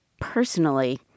Personally